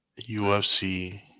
UFC